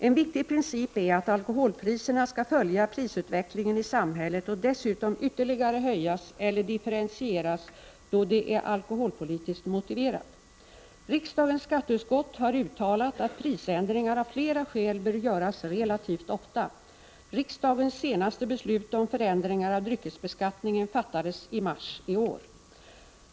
En viktig princip är att alkoholpriserna skall följa prisutvecklingen i samhället och dessutom ytterligare höjas eller differentieras då det är alkoholpolitiskt motiverat. Riksdagens skatteutskott har uttalat att prisändringar av flera skäl bör göras relativt ofta. Riksdagens senaste beslut om förändringar av dryckesbeskattningen fattades i mars i år .